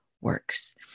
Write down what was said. works